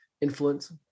influence